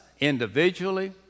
individually